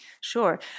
Sure